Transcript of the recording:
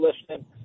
listening